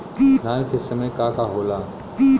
धान के समय का का होला?